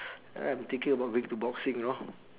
I'm thinking about going to boxing know